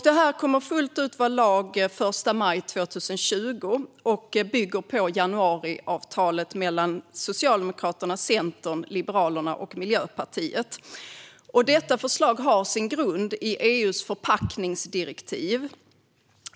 Det här kommer fullt ut att vara lag den 1 maj 2020 och bygger på januariavtalet mellan Socialdemokraterna, Centern, Liberalerna och Miljöpartiet. Förslaget har sin grund i EU:s förpackningsdirektiv.